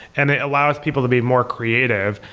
and it allows people to be more creative,